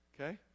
Okay